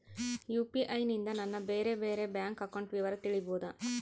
UPI ನಿಂದ ನನ್ನ ಬೇರೆ ಬೇರೆ ಬ್ಯಾಂಕ್ ಅಕೌಂಟ್ ವಿವರ ತಿಳೇಬೋದ?